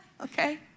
okay